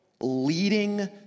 leading